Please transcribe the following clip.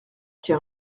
car